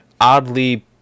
oddly